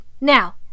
Now